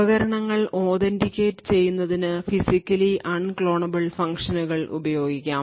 ഉപകരണങ്ങൾ authenticate ചെയ്യുന്നതിന് physically unclonable ഫംഗ്ഷനുകൾ ഉപയോഗിക്കാം